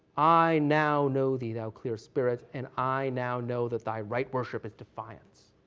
i now know thee, thou clear spirit, and i now know that thy right worship is defiance.